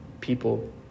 people